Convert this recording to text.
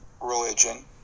religion